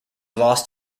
lost